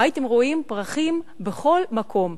הייתם רואים פרחים בכל מקום.